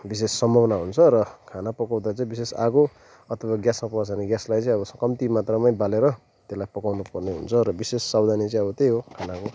विशेष सम्भावना हुन्छ र खाना पकाउँदा चाहिँ विशेष आगो अथवा ग्यासमा पकाएको छ भने ग्यासलाई चाहिँ आबो कम्ती मात्रामै बालेर त्यसलाई पकाउनु पर्ने हुन्छ र विशेष सावधानी चाहिँ अब त्यही हो खानाको